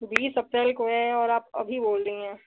बीस अप्रैल को है और आप अभी बोल रही हैं